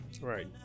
Right